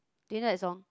do you know that song